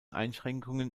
einschränkungen